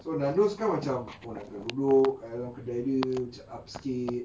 so nandos kan macam oh nak kena duduk kat dalam kedai dia macam up sikit